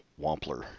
Wampler